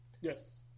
Yes